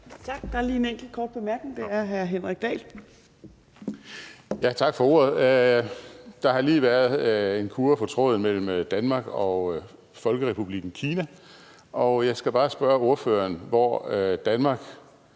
Tak. Der er lige en enkelt kort bemærkning. Den er fra hr. Henrik Dahl. Kl. 14:15 Henrik Dahl (LA): Tak for ordet. Der har lige været en kurre på tråden mellem Danmark og Folkerepublikken Kina. Jeg skal bare spørge ordføreren, hvor Danmark